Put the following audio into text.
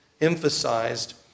emphasized